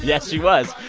yeah she was.